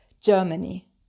Germany